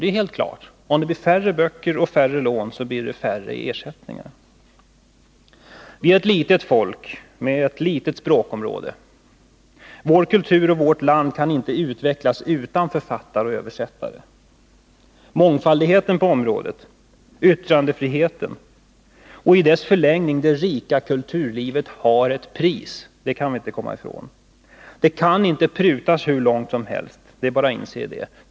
Det är helt klart: Om det blir färre böcker och färre lån, då blir det lägre ersättning. Vi är ett litet folk med ett litet språkområde. Vår kultur och vårt land kan inte utvecklas utan författare och översättare. Mångfalden på området, yttrandefriheten — och i dess förlängning det rika kulturlivet — har ett pris, det kan vi inte komma ifrån. Det kan inte prutas hur långt som helst. Det är bara att inse det.